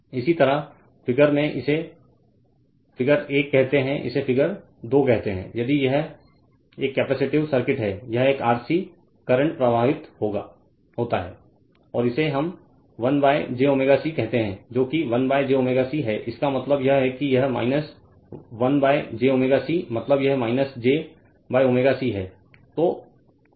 इसी तरह फिगर में इसे फिगर 1 कहते हैं इसे फिगर 2 कहते हैं यह एक कैपेसिटिव सर्किट है यह RC करंट प्रवाहित होता है I और इसे हम 1 jωC कहते हैं जो कि 1 jωC है इसका मतलब यह है कि यह 1 j ω C मतलब यह j ωC है